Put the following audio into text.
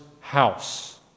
house